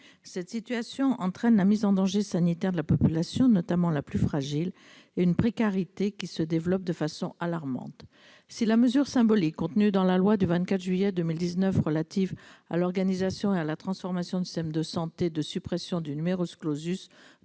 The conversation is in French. Cette situation entraîne la mise en danger sanitaire de la population, notamment la plus fragile, et une précarité sanitaire qui se développe de façon alarmante. La mesure symbolique, contenue dans la loi du 24 juillet 2019 relative à l'organisation et à la transformation du système de santé, de suppression du devrait certes